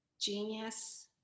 genius